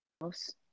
house